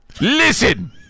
Listen